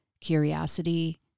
curiosity